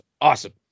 awesome